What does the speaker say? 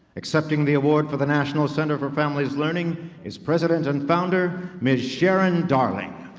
accepting the award for the national center for families learning is president and founder, miss sharon darling